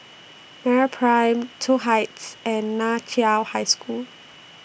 Meraprime Toh Heights and NAN Chiau High School